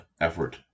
effort